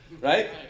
right